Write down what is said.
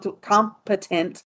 competent